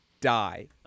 die